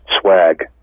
swag